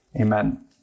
Amen